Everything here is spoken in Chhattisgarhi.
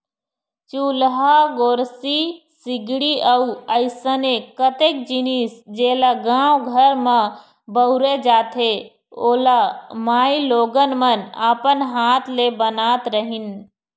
चूल्हा, गोरसी, सिगड़ी अउ अइसने कतेक जिनिस जेला गाँव घर म बउरे जाथे ओ ल माईलोगन मन अपन हात ले बनात रहिन